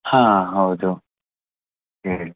ಹಾಂ ಹೌದು ಹೇಳಿ